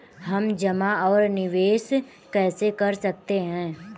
हम जमा और निवेश कैसे कर सकते हैं?